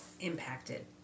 impacted